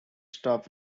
staff